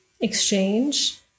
exchange